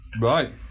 right